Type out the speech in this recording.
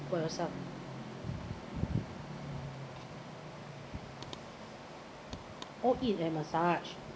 for yourself oh eat and massage